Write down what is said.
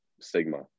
Sigma